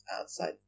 outside